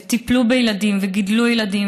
וטיפלו בילדים וגידלו ילדים,